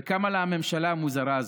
וקמה לה הממשלה המוזרה הזאת,